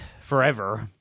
forever